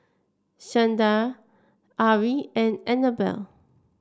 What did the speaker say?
Shandra Arly and Anabel